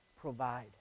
provide